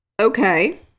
okay